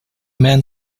man